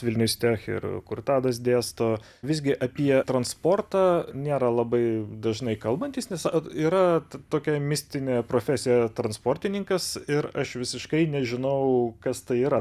vilnius tech ir kur tadas dėsto visgi apie transportą nėra labai dažnai kalbantys nes yra tokia mistinė profesija transportininkas ir aš visiškai nežinau kas tai yra